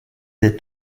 des